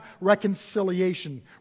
reconciliation